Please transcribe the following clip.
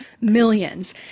millions